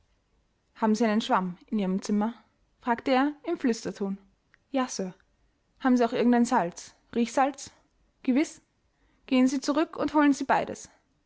haben sie einen schwamm in ihrem zimmer fragte er im flüsterton ja sir haben sie auch irgend ein salz riechsalz gewiß gehen sie zurück und holen sie beides